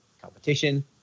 competition